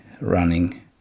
running